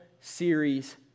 series